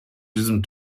diesem